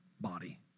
body